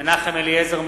מנחם אליעזר מוזס,